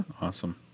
Awesome